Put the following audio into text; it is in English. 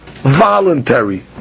Voluntary